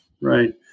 right